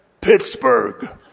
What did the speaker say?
Pittsburgh